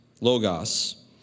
logos